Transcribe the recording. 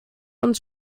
uns